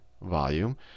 volume